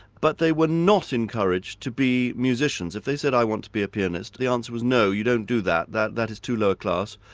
but they were not encouraged to be musicians. if they said, i want to be a pianist, the answer was, no, you don't do that that that is too lower class.